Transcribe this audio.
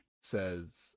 says